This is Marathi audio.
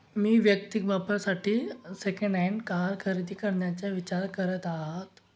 मी वैयक्तिक वापरासाठी सेकंड हँड कार खरेदी करण्याचा विचार करत आहात